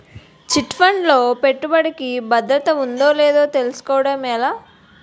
Chit fund లో పెట్టుబడికి భద్రత ఉందో లేదో తెలుసుకోవటం ఎలా?